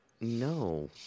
No